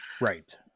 Right